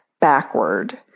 backward